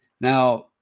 Now